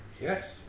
Yes